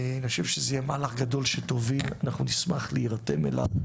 אני חושב שזה יהיה מהלך גדול שתוביל אנחנו נשמח להירתם אליו,